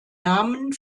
namen